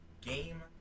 game